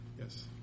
yes